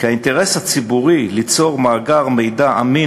כי האינטרס הציבורי ליצור מאגר מידע אמין